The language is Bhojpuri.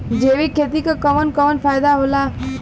जैविक खेती क कवन कवन फायदा होला?